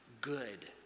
good